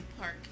Park